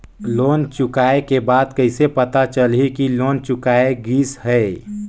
Loan चुकाय के बाद कइसे पता चलही कि लोन चुकाय गिस है?